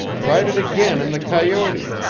tried it again in the coyote,